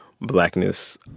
blackness